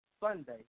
Sunday